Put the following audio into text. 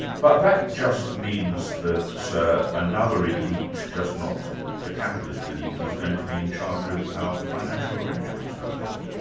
but that just means that so another elite, just not the capitalist elite, is going to be in charge of our financial arrangements doesn't it?